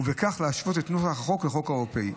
ובכך להשוות את נוסח החוק לחוק האירופי.